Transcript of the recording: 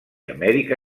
amèrica